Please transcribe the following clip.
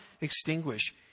extinguish